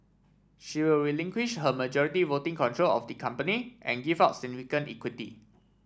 she will relinquish her majority voting control of the company and give up significant equity